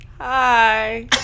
Hi